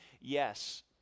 yes